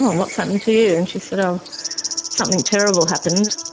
what's happened to you? and she said, um something terrible happened.